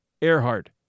Earhart